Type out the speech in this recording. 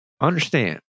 Understand